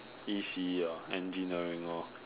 E_C ah engineering lor